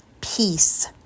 peace